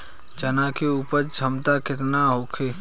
चना के उपज क्षमता केतना होखे?